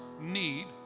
need